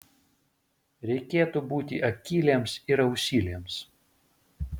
reikėtų būti akyliems ir ausyliems